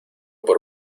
por